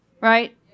right